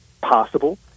possible